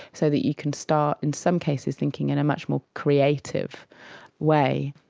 so that you can start in some cases thinking in a much more creative way.